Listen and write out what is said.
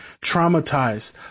traumatized